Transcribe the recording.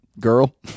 girl